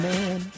Man